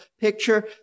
picture